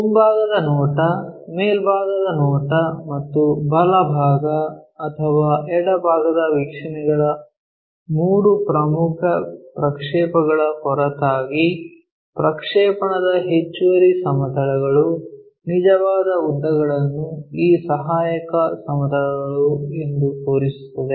ಮುಂಭಾಗದ ನೋಟ ಮೇಲ್ಭಾಗದ ನೋಟ ಮತ್ತು ಬಲಭಾಗ ಅಥವಾ ಎಡಭಾಗದ ವೀಕ್ಷಣೆಗಳ ಮೂರು ಪ್ರಮುಖ ಪ್ರಕ್ಷೇಪಗಳ ಹೊರತಾಗಿ ಪ್ರಕ್ಷೇಪಣದ ಹೆಚ್ಚುವರಿ ಸಮತಲಗಳು ನಿಜವಾದ ಉದ್ದಗಳನ್ನು ಈ ಸಹಾಯಕ ಸಮತಲಗಳು ಎಂದು ತೋರಿಸುತ್ತದೆ